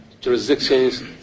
jurisdictions